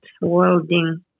welding